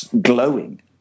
glowing